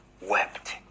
wept